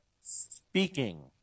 speaking